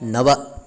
नव